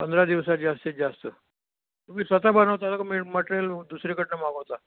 पंधरा दिवसात जास्तीत जास्त तुम्ही स्वतः बनवता का की मटेरियल दुसरीकडून मागवता